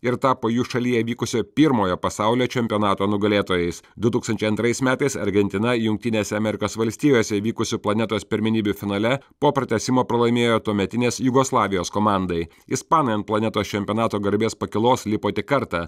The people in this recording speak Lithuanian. ir tapo jų šalyje vykusio pirmojo pasaulio čempionato nugalėtojais du tūkstančiai antrais metais argentina jungtinėse amerikos valstijose įvykusių planetos pirmenybių finale po pratęsimo pralaimėjo tuometinės jugoslavijos komandai ispanai ant planetos čempionato garbės pakylos lipo tik kartą